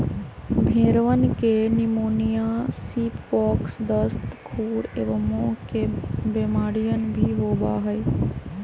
भेंड़वन के pneumonia, sheep pox, दस्त, खुर एवं मुँह के बेमारियन भी होबा हई